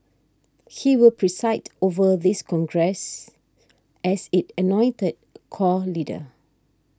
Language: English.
he will preside over this Congress as its anointed core leader